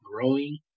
growing